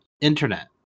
internet